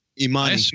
Imani